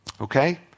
okay